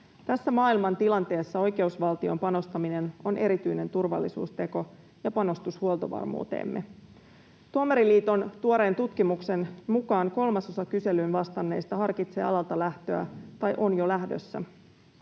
Tässä maailmantilanteessa oikeusvaltioon panostaminen on erityinen turvallisuusteko ja panostus huoltovarmuuteemme. Tuomariliiton tuoreen tutkimuksen mukaan kolmasosa kyselyyn vastanneista harkitsee alalta lähtöä tai on jo lähdössä.